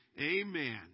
Amen